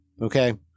okay